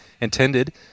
intended